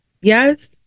Yes